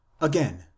Again